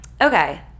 okay